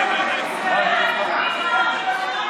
מספיק עם העריצות.